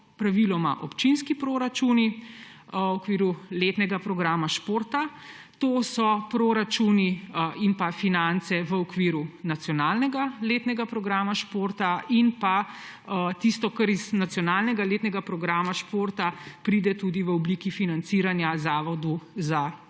praviloma občinski proračuni v okviru letnega programa športa, to so proračuni in finance v okviru nacionalnega letnega programa športa in tisto, kar iz nacionalnega letnega programa športa pride tudi v obliki financiranja Zavodu za